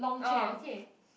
orh okay